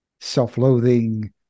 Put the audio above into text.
self-loathing